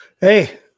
Hey